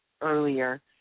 earlier